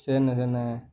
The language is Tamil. சரிண்ணே சரிண்ணே